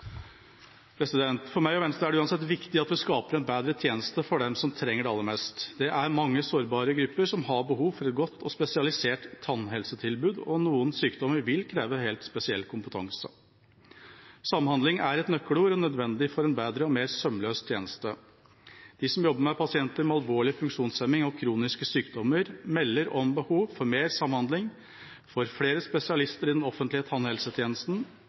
Venstre er det uansett viktig at vi skaper en bedre tjeneste for dem som trenger det aller mest. Det er mange sårbare grupper som har behov for et godt og spesialisert tannhelsetilbud, og noen sykdommer vil kreve helt spesiell kompetanse. Samhandling er et nøkkelord og nødvendig for en bedre og mer sømløs tjeneste. De som jobber med pasienter med alvorlig funksjonshemning og kroniske sykdommer, melder om behov for mer samhandling, for flere spesialister i den offentlige